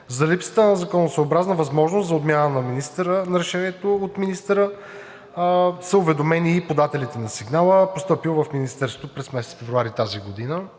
За липсата на законосъобразна възможност за отмяна на решението от министъра са уведомени и подателите на сигнала, постъпил в Министерството през месец февруари тази година.